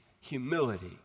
humility